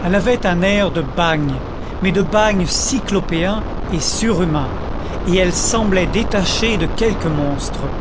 elle avait un air de bagne mais de bagne cyclopéen et surhumain et elle semblait détachée de quelque monstre